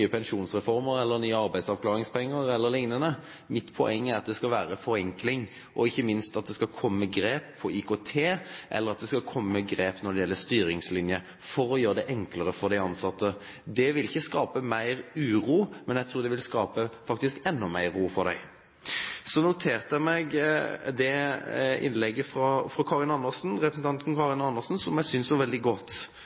pensjonsreformer eller nye arbeidsavklaringspenger e.l. Mitt poeng er at det skal være en forenkling og ikke minst at det skal tas grep innen IKT, eller at det skal tas grep når det gjelder styringslinje, for å gjøre det enklere for de ansatte. Det vil ikke skape mer uro, men jeg tror det faktisk vil skape enda mer ro for dem. Så noterte jeg meg innlegget fra representanten Karin Andersen,